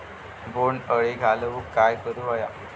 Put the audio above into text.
बोंड अळी घालवूक काय करू व्हया?